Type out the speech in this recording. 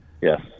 Yes